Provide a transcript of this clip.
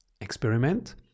experiment